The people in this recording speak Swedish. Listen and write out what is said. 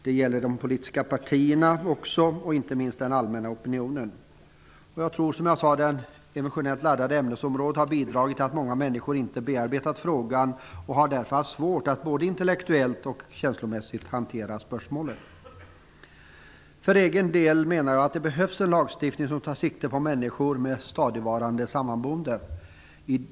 Detta gäller även de politiska partierna och inte minst den allmänna opinionen. Jag tror att det emotionellt laddade ämnesområdet har bidragit till att många människor inte har bearbetat frågan och därför har haft svårt att både intellektuellt och känslomässigt hantera spörsmålet. För egen del menar jag att det behövs en lagstiftning, som tar sikte på människor som är stadigvarande sammanboende.